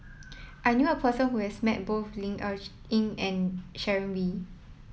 I knew a person who has met both Ling Cher Eng and Sharon Wee